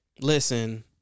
Listen